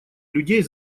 людей